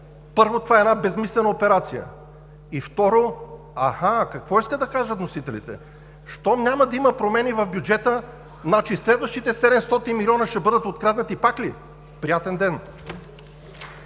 Първо, това е една безсмислена операция. И, второ, аха-а-а, какво искат да кажат вносителите? Щом няма да има промени в бюджета, значи следващите 700 милиона ще бъдат откраднати пак ли? Приятен ден!